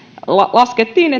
laskettiin